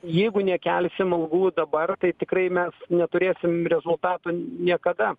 jeigu nekelsim algų dabar tai tikrai mes neturėsim rezultato niekada